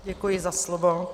Děkuji za slovo.